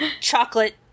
chocolate